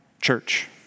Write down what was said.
church